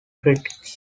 critics